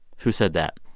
who said that?